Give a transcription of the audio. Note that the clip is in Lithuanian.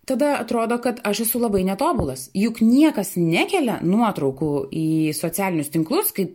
tada atrodo kad aš esu labai netobulas juk niekas nekelia nuotraukų į socialinius tinklus kaip